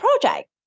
project